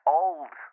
old